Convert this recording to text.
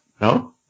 No